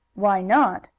why not?